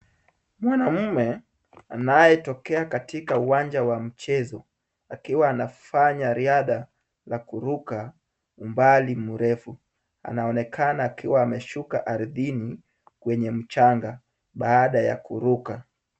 Mwanamume anayetokea katika uwanja wa mchezo akiwa anafanya riadha la kuruka umbali mrefu. Anaonekana akiwa ameshuka ardhini kwenye mchanga baada ya kuruka.